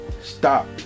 stop